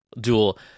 dual